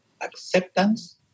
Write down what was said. acceptance